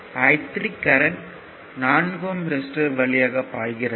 I3 current 4 ohm resistor வழியாக பாய்கிறது